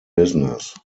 business